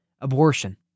abortion